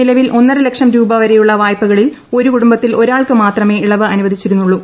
നിലവിൽ ഒന്നരലക്ഷം രൂപ വരെയുള്ള വായ്പകളിൽ ഒരുകുടുംബത്തിൽ ഒരാൾക്ക് മാത്രമേ ഇളവ് അനുവദിച്ചിരുന്നുള്ളൂ